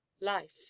life